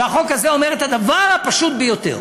והחוק הזה אומר את הדבר הפשוט ביותר: